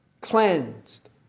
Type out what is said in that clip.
cleansed